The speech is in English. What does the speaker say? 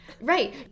Right